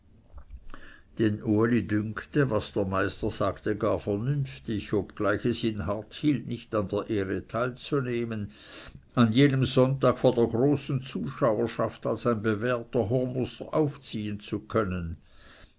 den uli dünkte was der meister sagte gar vernünftig obgleich es ihn hart hielt nicht an der ehre teilzunehmen an jenem sonntag vor der großen zuschauerschaft als ein bewährter hurnußer aufziehen zu können